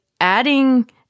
adding